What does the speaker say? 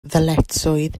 ddyletswydd